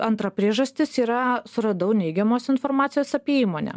antra priežastis yra suradau neigiamos informacijos apie įmonę